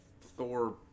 Thor